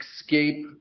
escape